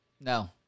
No